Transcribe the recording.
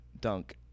dunk